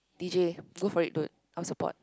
D_J go for it dude I'll support